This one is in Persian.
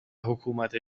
حکومت